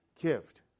gift